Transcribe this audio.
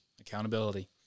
Accountability